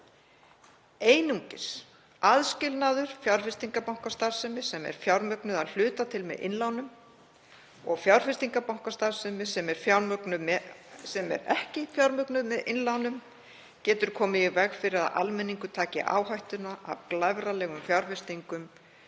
Einungis aðskilnaður viðskiptabankastarfsemi sem er fjármögnuð að hluta til með innlánum og fjárfestingarbankastarfsemi sem ekki er fjármögnuð með innlánum getur komið í veg fyrir að almenningur taki áhættuna af glæfralegum fjárfestingum